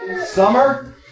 summer